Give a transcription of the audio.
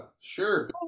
sure